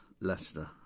Leicester